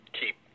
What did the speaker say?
keep